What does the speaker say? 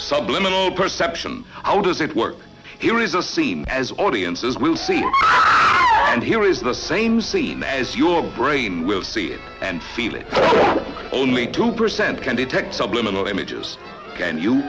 subliminal perception how does it work here is a scene as audiences will see and hear is the same scene as your brain will see it and feel it only two percent can detect subliminal images can you